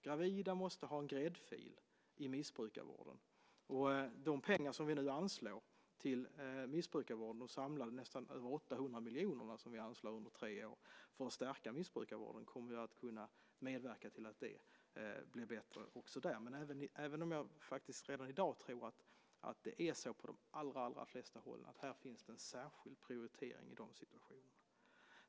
Gravida måste ha en gräddfil i missbrukarvården. De pengar som vi nu anslår till missbrukarvården, de sammanlagt nästan över 800 miljoner som vi anslår under tre år för att stärka missbrukarvården, kommer att kunna medverka till att det blir bättre också där - även om jag faktiskt tror att det redan i dag på de allra flesta håll finns en särskild prioritering i de situationerna.